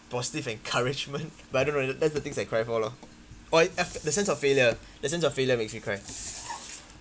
positive encouragement but I don't know that's the things I cry for lor oh ya the sense of failure the sense of failure makes me cry